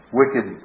wicked